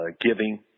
giving